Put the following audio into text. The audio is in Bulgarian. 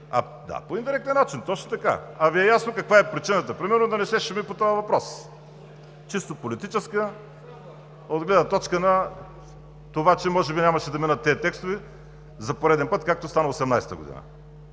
Да, по индиректен начин, точно така! А Ви е ясно каква е причината примерно да не се шуми по този въпрос – чисто политическа, от гледна точка на това, че може би нямаше да минат текстове за пореден път, както стана в 2018 г.